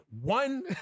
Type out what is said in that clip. one